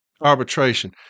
arbitration